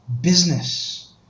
business